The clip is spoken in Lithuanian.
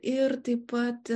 ir taip pat